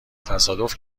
تصادف